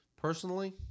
personally